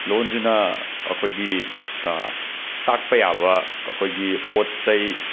ꯂꯣꯟꯁꯤꯅ ꯑꯩꯈꯣꯏꯒꯤ ꯇꯥꯛꯄ ꯌꯥꯕ ꯑꯩꯈꯣꯏꯒꯤ ꯄꯣꯠ ꯆꯩ